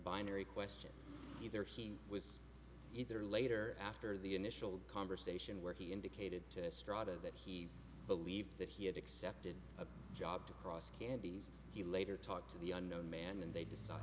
binary question either he was either later after the initial conversation where he indicated to strada that he believed that he had accepted a job to cross candies he later talked to the unknown man and they de